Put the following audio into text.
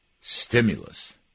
stimulus